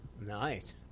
Nice